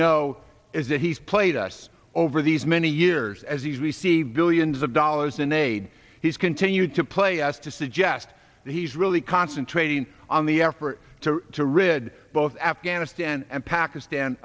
know is that he's played us over these many years as he's received billions of dollars in aid he's continued to play us to suggest that he's really concentrating on the effort to rid both afghanistan and pakistan